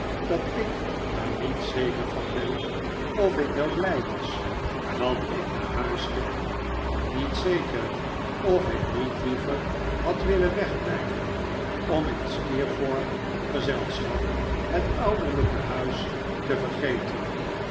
dat ik er niet zeker van ben of ik wel blij was dat ik naar huis ging niet zeker of ik niet liever had willen wegblijven om in steerforth's gezelschap het ouderlijke huis te vergeten